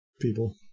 people –